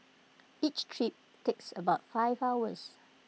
each trip takes about five hours